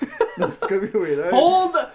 hold